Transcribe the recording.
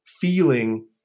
feeling